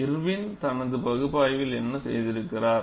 Irwin தனது பகுப்பாய்வில் என்ன செய்திருக்கிறார்